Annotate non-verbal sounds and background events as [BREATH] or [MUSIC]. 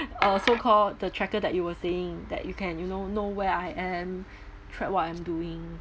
uh so called the tracker that you were saying that you can you know know where I am [BREATH] track what I'm doing